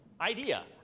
idea